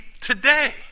today